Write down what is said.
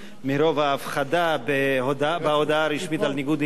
מרוב ההפחדה בהודעה הרשמית על ניגוד עניינים,